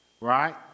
right